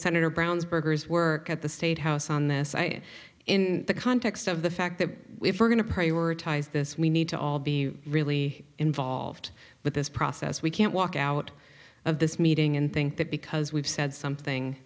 senator brown's burgers work at the state house on this i in the context of the fact that if we're going to prioritize this we need to all be really involved with this process we can't walk out of this meeting and think that because we've said something